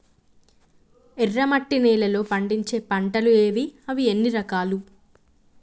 ఎర్రమట్టి నేలలో పండించే పంటలు ఏవి? అవి ఎన్ని రకాలు?